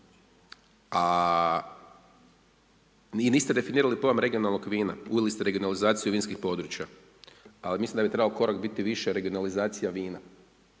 A niste definirali pojam regionalnog vina, uveli ste regionalizaciju vinskih područja, a mislim da bi trebao biti korak više regionalizacija vina.